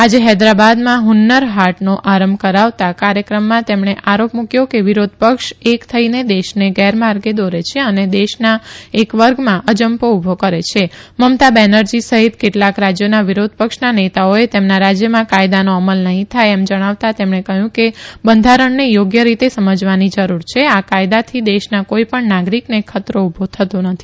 આજે હેદરાબાદમાં ફન્નર હાટનો આરંભ કરવાના કાર્યક્રમમાં તેમણે આરોપ મૂક્યો કે વિરોધપક્ષ એક થઇને દેશને ગેરમાર્ગે દોરે છે અને દેશમાં એક વર્ગમાં અજંપો ઉભો કરે છે મમતા બેનરજી સહિત કેટલાક રાજ્યોના વિરોધપક્ષના નેતાઓએ તેમના રાજ્યમાં કાયદાનો અમલ નહીં થાય એમ જણાવતાં તેમણે કહ્યું કે બંધારણને થોગ્ય રીતે સમજવાની જરૂર છે આ કાયદાથી દેશના કોઇપણ નાગરિકને ખતરો ઉભો થતો નથી